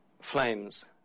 Flames